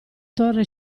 torre